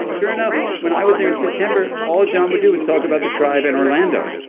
sure enough, when i was there in september, all john would do is talk about the tribe and orlando.